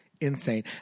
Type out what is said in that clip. insane